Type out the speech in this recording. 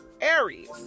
Aries